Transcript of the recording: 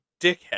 dickhead